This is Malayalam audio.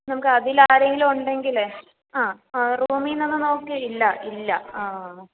നമുക്ക് അതിൽ ആരെങ്കിലും ഉണ്ടെങ്കിലെ ആ ആ റൂമിനൊന്ന് നോക്കിയും ഇല്ല ഇല്ല ആ